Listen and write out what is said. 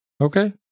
Okay